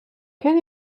can